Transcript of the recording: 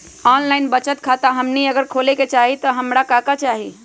Online बचत खाता हमनी अगर खोले के चाहि त हमरा का का चाहि?